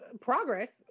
progress